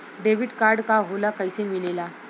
Debit card का होला कैसे मिलेला?